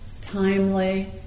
timely